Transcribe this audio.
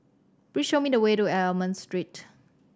please show me the way to Almond Street